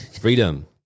Freedom